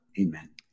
Amen